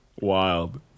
Wild